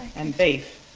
and beef,